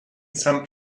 some